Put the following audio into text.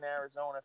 Arizona